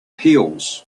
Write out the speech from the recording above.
heels